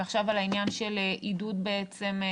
ועכשיו על העניין של עידוד ערים,